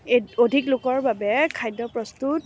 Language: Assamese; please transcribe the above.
অধিক লোকৰ বাবে খাদ্য প্ৰস্তুত